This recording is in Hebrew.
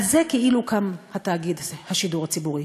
על זה כאילו קם תאגיד השידור הציבורי.